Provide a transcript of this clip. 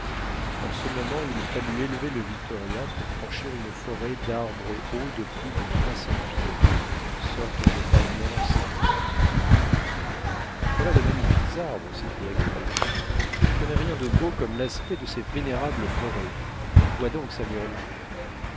en ce moment il fallut élever le victoria pour franchir une forêt d'arbres hauts de plus de trois cents pieds sortes de banians séculaires voilà de magnifiques arbres s'écria kennedy je ne connais rien de beau comme l'aspect de ces vénérables forêts vois donc samuel